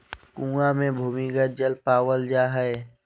कुआँ मे भूमिगत जल पावल जा हय